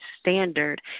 standard